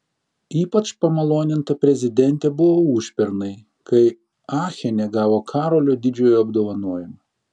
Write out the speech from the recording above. ypač pamaloninta prezidentė buvo užpernai kai achene gavo karolio didžiojo apdovanojimą